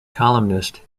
columnist